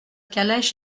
calèche